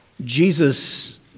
Jesus